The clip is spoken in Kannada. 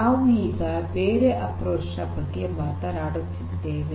ನಾವು ಈಗ ಬೇರೆ ಅಪ್ಪ್ರೋಚ್ ನ ಬಗ್ಗೆ ಮಾತನಾಡುತ್ತೇವೆ